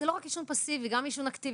זה לא רק עישון פאסיבי, גם עישון אקטיבי.